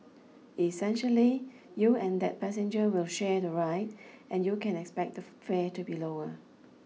essentially you and that passenger will share the ride and you can expect the fare to be lower